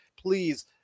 please